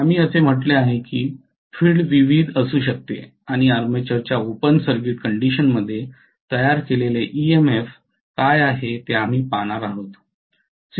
आम्ही असे म्हटले आहे की फील्ड विविध असू शकते आणि आर्मेचरच्या ओपन सर्किट कंडिशनमध्ये तयार केलेले ईएमएफ काय आहे ते आम्ही पाहणार आहोत